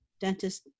dentist